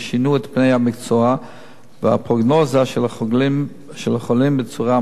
פני המקצוע והפרוגנוזה של החולים בצורה משמעותית.